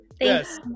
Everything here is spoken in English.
yes